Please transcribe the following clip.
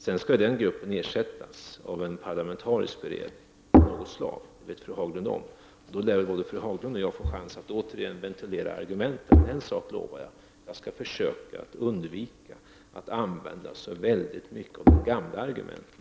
Expertgruppen skall sedan ersättas med en parlamentarisk beredning av något slag, som fru Haglund känner till, och då får vi chans att återigen ventilera argumenten. Jag lovar att jag skall försöka undvika att använda för mycket av de gamla argumenten.